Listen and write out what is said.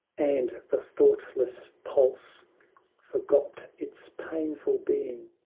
and the thoughtless pulse forgot its painful being,